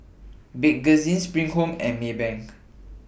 Bakerzin SPRING Home and Maybank